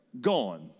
gone